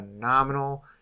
phenomenal